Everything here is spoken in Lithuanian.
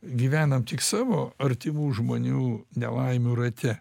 gyvenam tik savo artimų žmonių nelaimių rate